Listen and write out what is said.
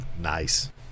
Nice